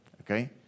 Okay